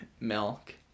milk